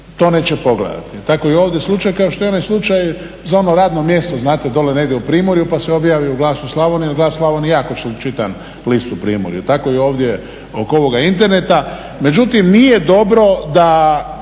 to neće pogledati. Tako je i ovdje slučaj kao što je i onaj slučaj za ono radno mjesto znate dolje negdje u Primorju pa se objavi u Glasu Slavonije jer Glas Slavonije je jako čitan list u Primorju. Tako i ovdje oko ovoga interneta. Međutim, nije dobro da